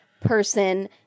person